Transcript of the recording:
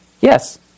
Yes